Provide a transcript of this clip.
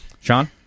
Sean